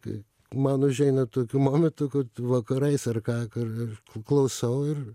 kai man užeina tokių momentų kad vakarais ar ką kar klausau ir